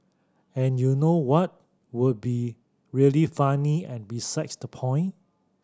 and you know what would be really funny and besides the point